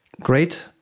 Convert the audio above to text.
Great